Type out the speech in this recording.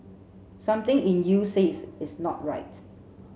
something in you says it's not right